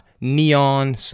neon